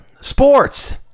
sports